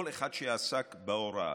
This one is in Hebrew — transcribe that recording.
כל אחד שעסק בהוראה.